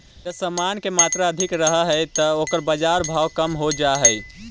जब समान के मात्रा अधिक रहऽ हई त ओकर बाजार भाव कम हो जा हई